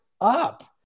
up